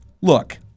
look